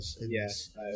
yes